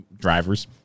drivers